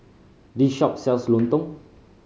this shop sells lontong